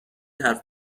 حرف